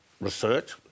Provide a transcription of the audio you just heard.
research